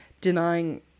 denying